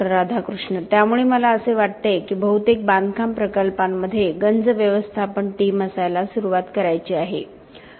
राधाकृष्ण त्यामुळे मला असे वाटते की बहुतेक बांधकाम प्रकल्पांमध्ये गंज व्यवस्थापन टीम असायला सुरुवात करायची आहे